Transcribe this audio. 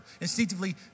Instinctively